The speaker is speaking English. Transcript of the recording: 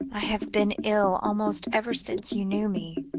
i have been ill almost ever since you knew me,